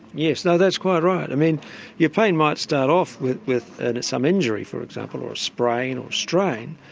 yes, and that's quite right. i mean your pain might start off with with and some injury, for example, or a sprain or strain,